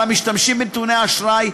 על המשתמשים בנתוני האשראי,